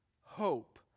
hope